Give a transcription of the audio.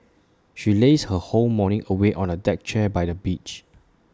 she lazed her whole morning away on A deck chair by the beach